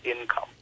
income